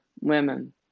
women